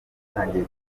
cyatangiye